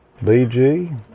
BG